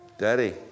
Daddy